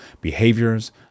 behaviors